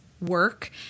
work